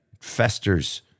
festers